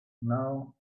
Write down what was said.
now